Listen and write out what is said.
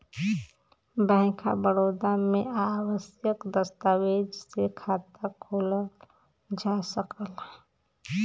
bank of Baroda में आवश्यक दस्तावेज से खाता खोलल जा सकला